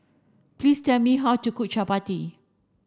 please tell me how to cook Chappati